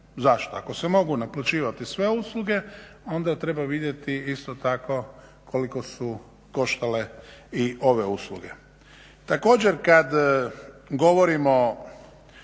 zašto? Ako se mogu naplaćivati sve usluge onda treba vidjeti isto tako koliko su koštale i ove usluge. Također kada govorimo